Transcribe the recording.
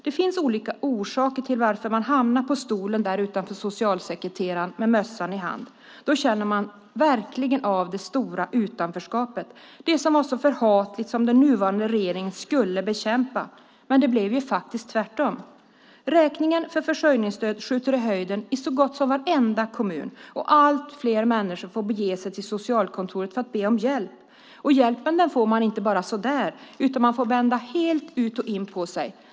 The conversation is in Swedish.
Det finns olika orsaker till att man med mössan i hand hamnar på stolen utanför socialsekreterarens rum. Då känner man verkligen av det stora utanförskapet, som ju var så förhatligt och som den nuvarande regeringen skulle bekämpa. Men det blev tvärtom. Räkningen för försörjningsstöd skjuter i höjden i så gott som varenda kommun, och allt fler människor får bege sig till socialkontoret för att be om hjälp. Hjälpen får man inte bara utan vidare, utan man får helt vända ut och in på sig.